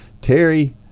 terry